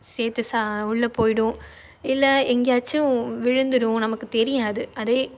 சேர்த்து சா உள்ளே போயிடும் இல்லை எங்கேயாச்சும் விழுந்துடும் நமக்கு தெரியாது அதே